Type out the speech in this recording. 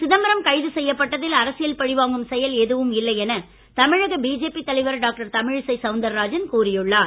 சிதம்பரம் கைது செய்யப்பட்டதில் அரசியல் பழிவாங்கும் செயல் எதுவும் இல்லை என தமிழக பிஜேபி தலைவர் டாக்டர் தமிழிசை சவுந்தரராஜன் கூறியுள்ளார்